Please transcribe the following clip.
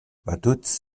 vaduz